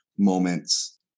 moments